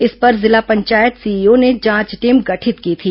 इस पर जिला पंचायत सीईओ ने जांच टीम गठित की थी